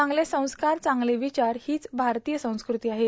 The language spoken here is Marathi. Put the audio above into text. चांगले संस्कार चांगले विचार ही भारतीय संस्कृती आहे